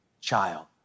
child